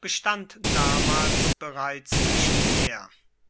bestand damals bereits nicht mehr